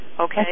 Okay